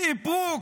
באיפוק.